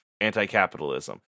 anti-capitalism